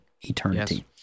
Eternity